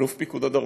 אלוף פיקוד הדרום,